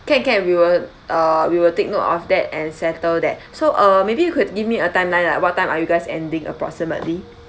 can can we will uh we will take note of that and settle that so uh maybe you could give me a timeline like what time are you guys ending approximately